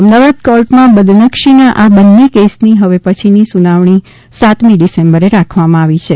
અમદાવાદ કોર્ટમાં બદનક્ષીના આ બંને કેસની હવે પછીની સુનાવણી સાતમી ડિસેમ્બરે રાખવામાં આવી છે